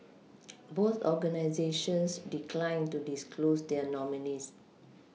both organisations declined to disclose their nominees